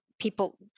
people